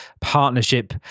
partnership